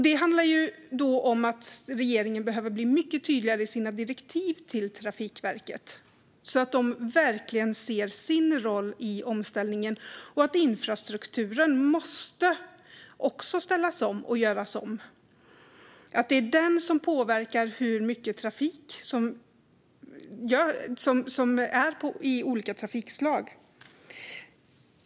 Det handlar om att regeringen behöver bli mycket tydligare i sina direktiv så att Trafikverket verkligen ser sin roll i omställningen och ser att också infrastrukturen måste ställas om och göras om eftersom det är den som påverkar hur mycket trafik det är i olika trafikslag.